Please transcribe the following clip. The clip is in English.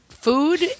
Food